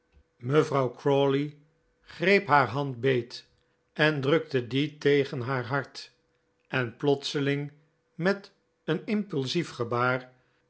mevrouw crawley greep haar hand beet en drukte die tegen haar hart en plotseling met een impulsief gebaar